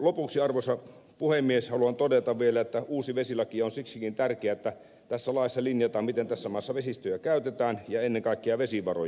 lopuksi arvoisa puhemies haluan todeta vielä että uusi vesilaki on siksikin tärkeä että tässä laissa linjataan miten tässä maassa vesistöjä käytetään ja ennen kaikkea vesivaroja